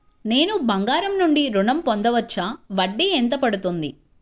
నేను బంగారం నుండి ఋణం పొందవచ్చా? వడ్డీ ఎంత పడుతుంది?